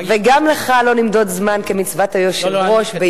גם לך לא נמדוד זמן, כמצוות היושב-ראש.